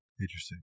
Interesting